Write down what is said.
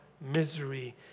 misery